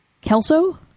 Kelso